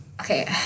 Okay